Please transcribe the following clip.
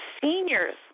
seniors